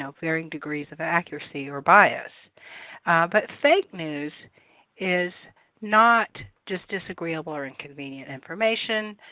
so varying degrees of accuracy or bias but fake news is not just disagreeable or inconvenient information.